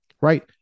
right